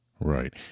Right